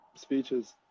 speeches